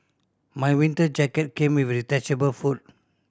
my winter jacket came with a detachable hood